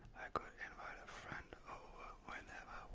could invite a friend over whenever